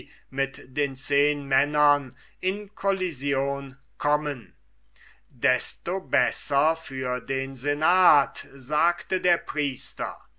mit den zehnmännern in collision kommen desto besser für den senat sagte der priester